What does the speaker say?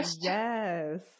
yes